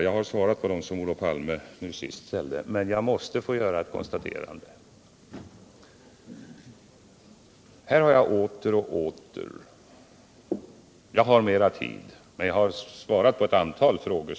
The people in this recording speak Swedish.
Jag har kunnat göra det därför att jag har haft mera tid till mitt förfogande. Jag har också svarat på de frågor som Olof Palme ställde senast. Själv skall jag här inte ställa några ytterligare frågor.